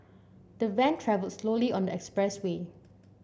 the van travelled slowly on the expressway